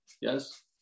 yes